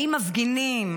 האם מפגינים,